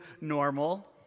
normal